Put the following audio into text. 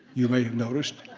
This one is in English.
you may have noticed